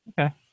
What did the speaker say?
Okay